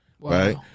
right